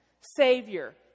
savior